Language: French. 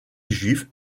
juive